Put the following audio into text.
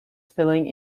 spelling